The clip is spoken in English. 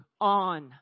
on